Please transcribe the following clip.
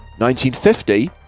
1950